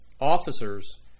officers